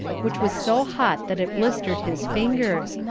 which was so hot that it blistered his fingers,